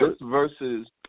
versus